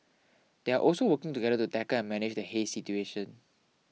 they are also working together to tackle and manage the haze situation